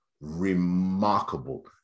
Remarkable